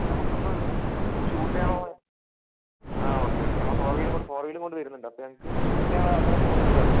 നമുക്ക് ഒന്ന് ഇത് ഒന്ന് ഷൂട്ട് ചെയ്യാനൊ അതെ ഓക്കെ ഓക്കെ ഞങ്ങള് ഫോർ വീലുംകൊണ്ട് ഫോർ വീലുംകൊണ്ട് വരുന്നുണ്ട് അപ്പോൾ ഞങ്ങൾക്ക് ഷൂട്ട് ചെയ്യാനുള്ള അവസരം ഒക്കെ ഇങ്ങള് ഒപ്പിച്ച് തരണം